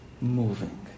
moving